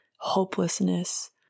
hopelessness